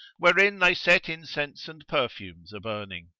wherein they set incense and perfumes a-burning.